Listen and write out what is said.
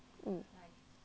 mm